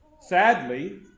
Sadly